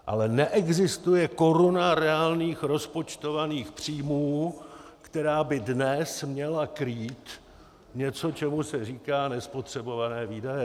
Ale neexistuje koruna reálných rozpočtovaných příjmů, která by dnes měla krýt něco, čemu se říká nespotřebované výdaje.